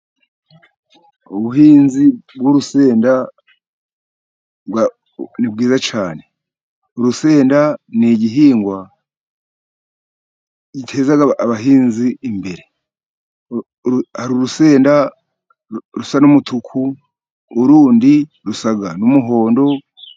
Ubuhinzi bw'urusenda ni bwiza cyane. Urusenda ni igihingwa giteza abahinzi imbere. Hari urusenda rusa n'umutuku urundi rusa n'umuhondo.